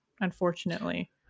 unfortunately